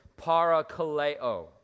parakaleo